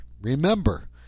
Remember